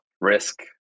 Risk